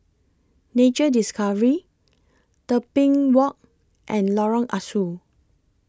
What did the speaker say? Nature Discovery Tebing Walk and Lorong Ah Soo